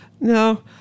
no